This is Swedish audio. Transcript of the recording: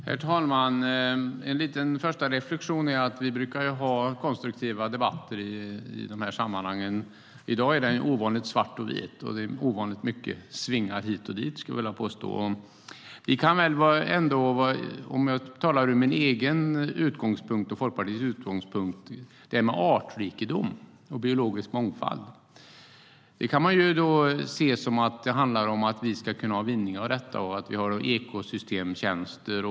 Herr talman! En första reflektion är att vi brukar ha konstruktiva debatter i de här sammanhangen. I dag är den ovanligt svart och vit. Det är också ovanligt mycket svingar hit och dit. Jag talar från min egen och Folkpartiets utgångspunkt. Artrikedom och biologisk mångfald kan ses som att vi ska kunna ha vinning av detta genom ekosystemtjänster.